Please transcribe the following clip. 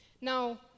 Now